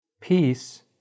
peace